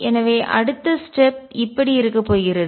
எனவே அடுத்த ஸ்டெப் நகர்வு இப்படி இருக்கப்போகிறது